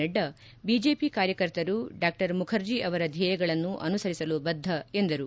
Nadda BJP ಕಾರ್ಯಕರ್ತರು Dr Mukherjee ಅವರ ಧ್ಯೇಯಗಳನ್ನು ಅನುಸರಿಸಲು ಬದ್ದ ಎಂದರು